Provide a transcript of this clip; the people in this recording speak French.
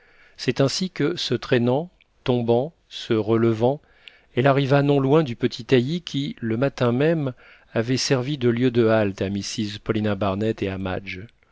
c'est ainsi que se traînant tombant se relevant elle arriva non loin du petit taillis qui le matin même avait servi de lieu de halte à mrs paulina barnett et à madge